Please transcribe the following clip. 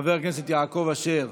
חבר הכנסת יעקב אשר,